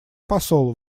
посол